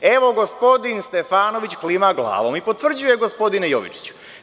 Evo, gospodin Stefanović klima glavom i potvrđuje, gospodine Jovičiću.